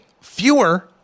fewer